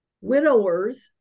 widowers